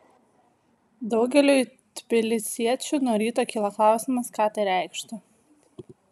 daugeliui tbilisiečių nuo ryto kyla klausimas ką tai reikštų